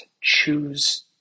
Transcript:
choose